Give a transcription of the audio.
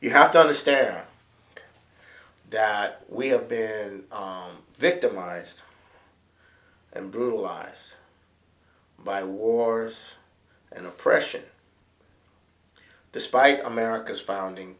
you have to understand that we have been victimized and brutalized by wars and oppression despite america's founding